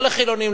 לא לחילונים,